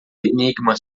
enigma